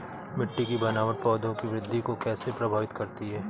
मिट्टी की बनावट पौधों की वृद्धि को कैसे प्रभावित करती है?